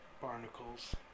Barnacles